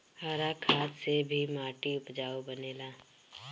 हरा खाद से भी माटी उपजाऊ बनेला